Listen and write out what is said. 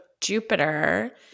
Jupiter